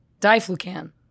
Diflucan